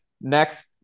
next